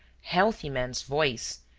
healthy man's voice,